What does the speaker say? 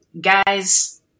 guys